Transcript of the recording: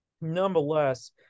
nonetheless